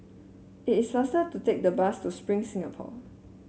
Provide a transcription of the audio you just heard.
it is faster to take the bus to Spring Singapore